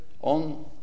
on